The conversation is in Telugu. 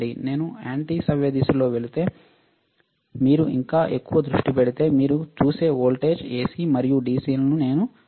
నేను యాంటీ సవ్యదిశలో వెళితే మీరు ఇంకా ఎక్కువ దృష్టి పెడితే మీరు చూసే వోల్టేజ్ ఎసి మరియు డిసిలను నేను చూస్తాను